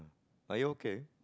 are you okay